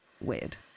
weird